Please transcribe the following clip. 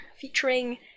featuring